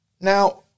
Now